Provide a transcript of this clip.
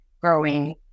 growing